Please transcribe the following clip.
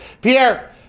Pierre